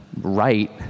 right